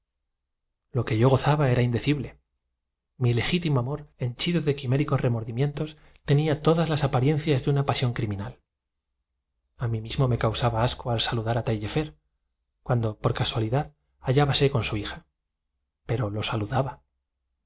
lo que yo gozaba es indecible mi legítimo oh exclamó la dama el año pasado amor henchido de quiméricos remordimientos tenía todas las aparien poco faltó para que su cumbiera estaba solo en sus posesiones con motivo de cierto asunto cias de una pasión criminal a mí mismo me causaba asco al saludar a urgente y quizá por falta de auxilio pasó taillefer cuando por casualidad hallábase con su hija pero lo